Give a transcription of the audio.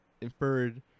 inferred